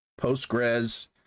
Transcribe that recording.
Postgres